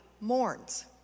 mourns